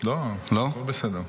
לא, הכול בסדר.